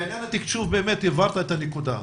בעניין התקשוב הבהרת את הנקודה.